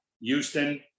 Houston